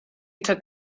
took